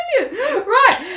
right